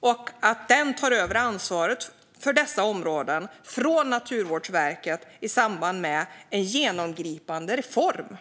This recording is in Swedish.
och att den tar över ansvaret för dessa områden från Naturvårdsverket i samband med en genomgripande reform.